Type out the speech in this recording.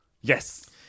yes